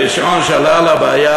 הראשון שעלה על הבעיה